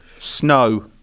Snow